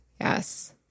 Yes